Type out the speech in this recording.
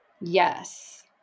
Yes